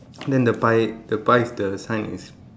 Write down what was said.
then the pie the pie the sign is